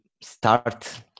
start